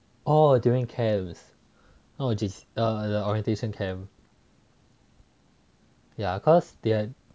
oh during camps err the orientation camp ya cause they